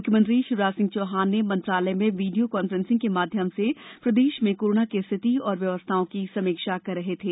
मुख्यमंत्री श्री चौहान आज मंत्रालय में वीडियो कान्फ्रेंसिंग के माध्यम से प्रदेश में कोरोना की स्थिति एवं व्यवस्थाओं की समीक्षा कर रहे थे